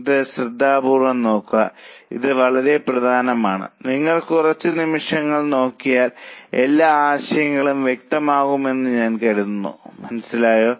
ഇത് ശ്രദ്ധാപൂർവ്വം നോക്കുക ഇത് വളരെ പ്രധാനമാണ് നിങ്ങൾ കുറച്ച് നിമിഷങ്ങൾ നോക്കിയാൽ എല്ലാ ആശയങ്ങളും വ്യക്തമാകുമെന്ന് ഞാൻ കരുതുന്നു മനസ്സിലായോ